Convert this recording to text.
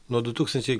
nuo du tūkstančiai